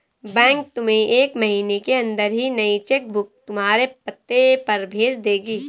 bank तुम्हें एक महीने के अंदर ही नई चेक बुक तुम्हारे पते पर भेज देगी